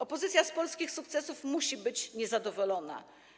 Opozycja z polskich sukcesów musi być niezadowolona.